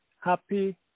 Happy